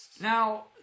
Now